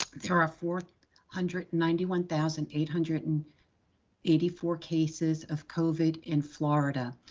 there are four hundred and ninety one thousand eight hundred and eighty four cases of covid in florida.